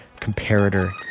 comparator